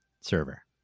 server